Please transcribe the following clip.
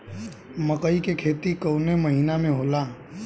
मकई क खेती कवने महीना में होला?